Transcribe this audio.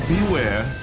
Beware